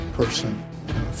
person